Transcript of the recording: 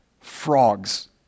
frogs